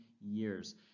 years